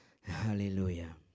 Hallelujah